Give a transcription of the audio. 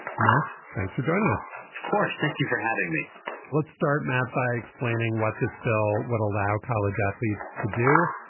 matt thanks for joining us of course thank you for having me let's start matt by explaining what this bill would allow college athletes to do.